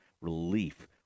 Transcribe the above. relief